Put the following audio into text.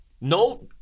no